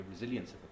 resilience